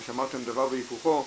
מה שאמרתם דבר והיפוכו,